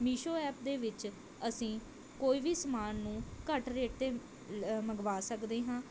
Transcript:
Meesho app ਦੇ ਵਿੱਚ ਅਸੀਂ ਕੋਈ ਵੀ ਸਮਾਨ ਨੂੰ ਘੱਟ ਰੇਟ 'ਤੇ ਮੰਗਵਾ ਸਕਦੇ ਹਾਂ